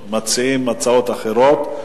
שלושה מציעים הצעות אחרות.